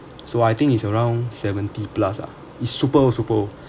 so I think it's around seventy plus ah is super old super old